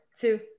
two